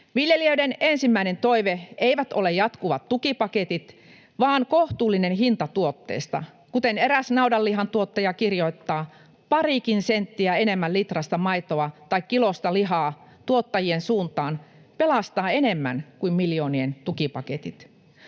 Viljelijöiden ensimmäinen toive ei ole jatkuvat tukipaketit vaan kohtuullinen hinta tuotteesta. Kuten eräs naudanlihantuottaja kirjoittaa: "Parikin senttiä enemmän litrasta maitoa tai kilosta lihaa tuottajien suuntaan pelastaa enemmän kuin miljoonien tukipaketit."